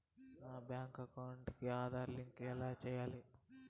నా bank account కి Aadhaar link ఎలా సేయాలి